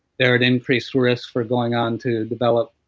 they're at increased risk for going on to develop